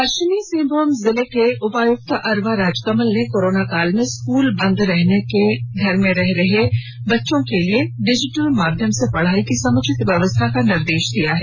पष्चिमी सिंहभूम जिले के उपायक्त अरवा राजकमल ने कोरोना काल में स्कूल बंद रहने के घर में रह रहे बच्चों के लिए डिजिटल माध्यम से पढ़ाई की समुचित व्यवस्था का निर्देष दिया है